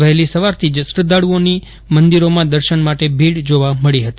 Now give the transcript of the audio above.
વહેલી સવારથી જ શ્રદ્ધાળુઓની મંદિરોમાં દર્શન માટે ભીડ જોવા મળી હતી